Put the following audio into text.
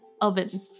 oven